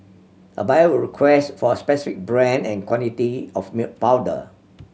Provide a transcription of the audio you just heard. a buyer would request for a specific brand and quantity of milk powder